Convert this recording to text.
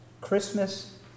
Christmas